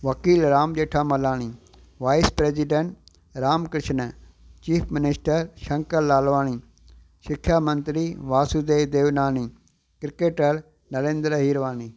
वकील Ram Jethmalani vice president Ram Krishan chief minister Shankar Lalwani शिक्षा मंत्री वासूदेव देवनानी क्रिकेटर नरेंद्र हिरवानी